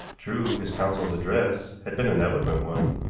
true, his counsel's address had been an eloquent one,